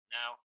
now